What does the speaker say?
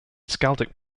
skaldic